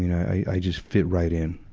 i just fit right in.